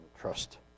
trust